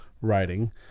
writing